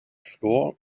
flour